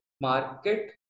market